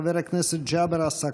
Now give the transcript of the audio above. חבר הכנסת ג'אבר עסאקלה.